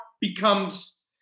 becomes